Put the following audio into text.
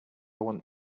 want